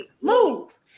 Move